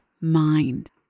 mind